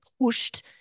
pushed